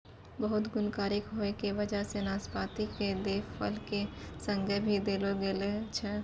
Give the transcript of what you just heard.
बहुत गुणकारी होय के वजह सॅ नाशपाती कॅ देव फल के संज्ञा भी देलो गेलो छै